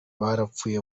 barapfuye